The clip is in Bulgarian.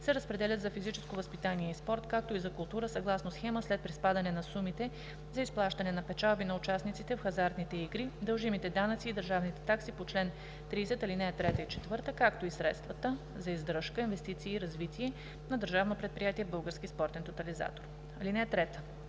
се разпределят за физическо възпитание и спорт, както и за култура съгласно схема след приспадане на сумите за изплащане на печалби на участниците в хазартните игри, дължимите данъци и държавните такси по чл. 30, ал. 3 и 4, както и средствата за издръжка, инвестиции и развитие на Държавно предприятие „Български спортен тотализатор“. (3)